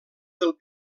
del